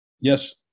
Yes